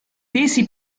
pesi